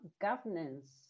governance